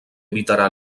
evitarà